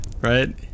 Right